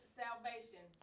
salvation